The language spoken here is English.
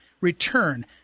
return